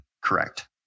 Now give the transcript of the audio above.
correct